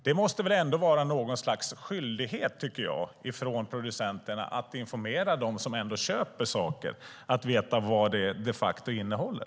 Det måste väl ändå vara något slags skyldighet från producenterna att informera dem som ändå köper saker så att de vet vad de de facto innehåller?